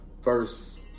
first